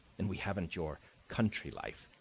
and we haven't your country life.